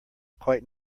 quite